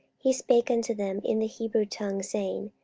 he spake unto them in the hebrew tongue, saying,